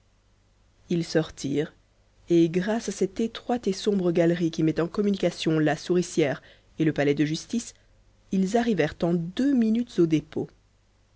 ils sortirent et grâce à cette étroite et sombre galerie qui met en communication la souricière et le palais de justice ils arrivèrent en deux minutes au dépôt